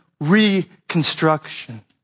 reconstruction